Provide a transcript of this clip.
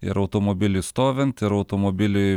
ir automobilį stovint ir automobilį